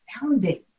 sounding